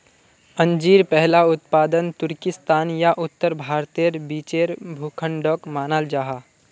अंजीर पहला उत्पादन तुर्किस्तान या उत्तर भारतेर बीचेर भूखंडोक मानाल जाहा